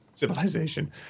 Civilization